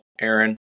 Aaron